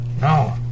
No